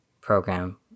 program